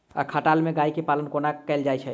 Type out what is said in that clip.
खटाल मे गाय केँ पालन कोना कैल जाय छै?